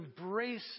embrace